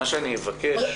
מה שאבקש,